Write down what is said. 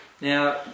Now